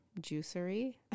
juicery